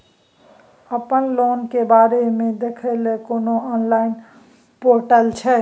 अपन लोन के बारे मे देखै लय कोनो ऑनलाइन र्पोटल छै?